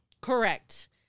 Correct